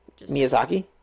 Miyazaki